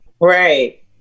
Right